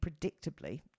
predictably